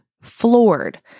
floored